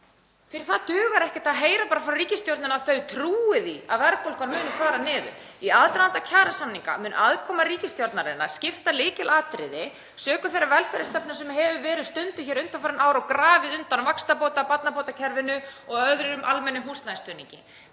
Fyrir það dugar ekkert að heyra frá ríkisstjórninni að þau trúi því að verðbólgan muni fara niður. Í aðdraganda kjarasamninga mun aðkoma ríkisstjórnarinnar vera lykilatriði sökum þeirrar velferðarstefnu sem hefur verið stunduð hér undanfarin ár og grafið undan vaxtabóta- og barnabótakerfinu og öðrum almennum húsnæðisstuðningi.